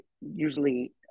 usually